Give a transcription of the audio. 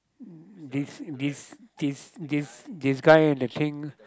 this this this this this guy the thing